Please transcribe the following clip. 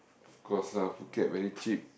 of course lah Phuket very cheap